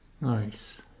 Nice